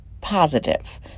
positive